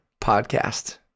podcast